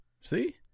See